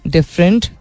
Different